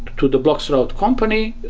to the bloxroute company,